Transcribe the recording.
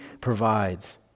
provides